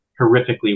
horrifically